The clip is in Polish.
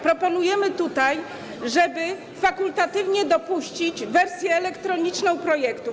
Proponujemy tutaj, żeby fakultatywnie dopuścić wersję elektroniczną projektów.